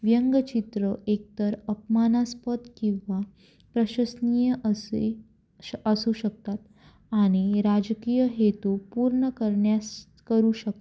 व्यंगचित्र एकतर अपमानास्पद किंवा प्रशसनीय असे श असू शकतात आणि राजकीय हेेतू पूर्ण करण्या्स करू शकत